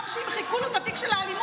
גם כשימחקו לו את התיק של האלימות,